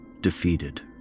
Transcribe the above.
defeated